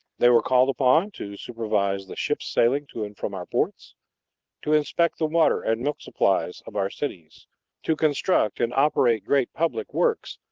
they were called upon to supervise the ships sailing to and from our ports to inspect the water and milk supplies of our cities to construct and operate great public works,